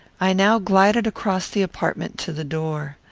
i now glided across the apartment to the door.